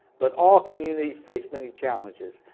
but all communities face many challenges.